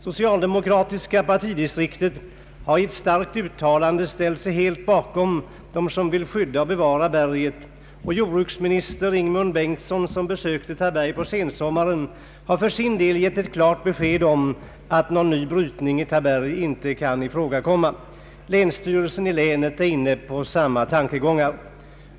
Socialdemokratiska partidistriktet har i ett kraftfullt uttalande ställt sig helt bakom dem som vill skydda och bevara berget, och jordbruksminister Ingemund Bengtsson som besökte Taberg på sensommaren har för sin del gett ett klart besked om att någon ny brytning i Taberg inte får ifrågakomma. Länsstyrelsen i länet är inne på samma tankegångar.